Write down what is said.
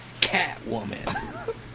Catwoman